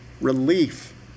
Relief